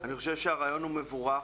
אני חושב שהרעיון הוא מבורך.